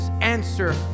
answer